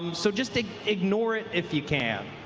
so just ah ignore it if you can.